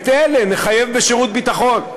את אלה נחייב בשירות ביטחון.